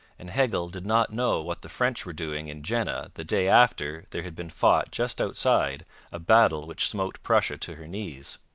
and hegel did not know what the french were doing in jena the day after there had been fought just outside a battle which smote prussia to her knees.